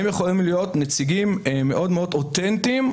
הם יכולים להיות נציגים מאוד מאוד אותנטיים,